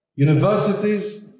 universities